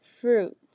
fruit